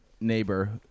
neighbor